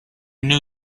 knew